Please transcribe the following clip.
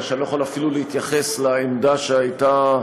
כך שאני לא יכול אפילו להתייחס לעמדה שהייתה,